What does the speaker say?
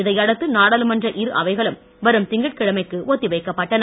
இதையடுத்து நாடாளுமன்ற இருஅவைகளும் வரும் திங்கட்கிழமைக்கு ஒத்திவைக்கப்பட்டன